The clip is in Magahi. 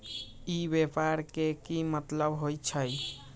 ई व्यापार के की मतलब होई छई?